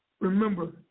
remember